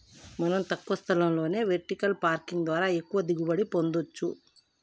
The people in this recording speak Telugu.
మనం తక్కువ స్థలంలోనే వెర్టికల్ పార్కింగ్ ద్వారా ఎక్కువగా దిగుబడి పొందచ్చు